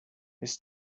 his